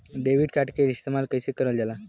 Debit card के इस्तेमाल कइसे करल जाला?